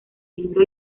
libro